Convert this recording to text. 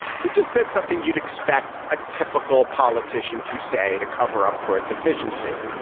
he just said something you'd expect a typical politician to say to cover up for a deficiency.